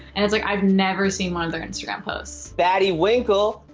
and it's like i've never seen one of their instagram posts. baddiewinkle,